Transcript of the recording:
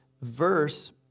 verse